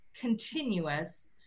continuous